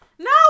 No